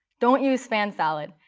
don't use span salad.